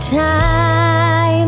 time